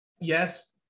Yes